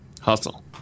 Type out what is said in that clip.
Hustle